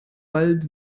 bald